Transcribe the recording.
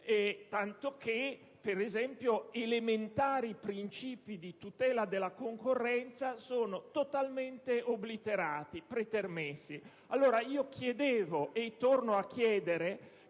tanto che, per esempio, elementari principi di tutela della concorrenza sono totalmente obliterati, pretermessi. Chiedevo stamattina e torno a chiedere